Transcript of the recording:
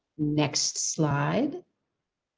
next slide